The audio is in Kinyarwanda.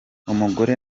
umugore